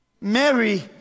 Mary